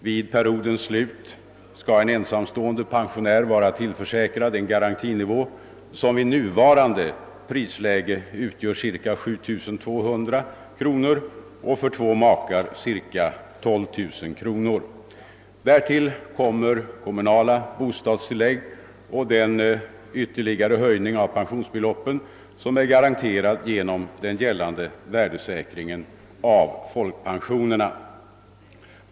Vid periodens slut skall en ensamstående pensionär vara tillförsäkrad en garantinivå som vid nuvarande prisläge utgör cirka 7200 kronor, och för två makar skall garantinivån utgöra cirka 12 000 kronor. Därtill kommer kommunala bostadstillägg och den ytterligare höjning av pensionsbeloppen som är garanterad genom den gällande värdesäkringen av folkpensionerna.